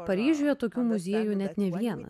paryžiuje tokių muziejų net ne viena